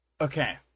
Okay